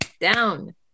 Down